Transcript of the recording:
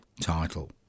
title